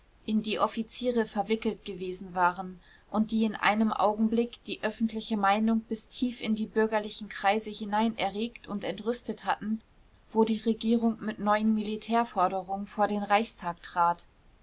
in die offiziere verwickelt gewesen waren und die in einem augenblick die öffentliche meinung bis tief in die bürgerlichen kreise hinein erregt und entrüstet hatten wo die regierung mit neuen militärforderungen vor den reichstag trat